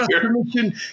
permission